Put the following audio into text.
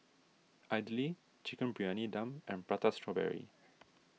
Idly Chicken Briyani Dum and Prata Strawberry